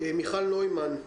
מיכל נוימן,